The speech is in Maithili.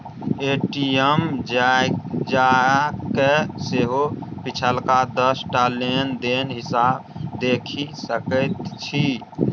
ए.टी.एम जाकए सेहो पिछलका दस टा लेन देनक हिसाब देखि सकैत छी